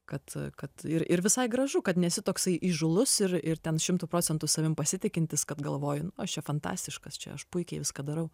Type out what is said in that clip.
kad a kad ir ir visai gražu kad nesi toksai įžūlus ir ir ten šimtu procentų savim pasitikintis kad galvoju aš čia fantastiškas čia aš puikiai viską darau